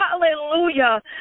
Hallelujah